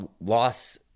loss